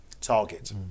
target